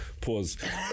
Pause